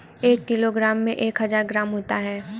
एक किलोग्राम में एक हजार ग्राम होते हैं